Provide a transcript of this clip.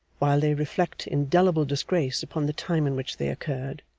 while they reflect indelible disgrace upon the time in which they occurred,